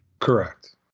Correct